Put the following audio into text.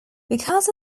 because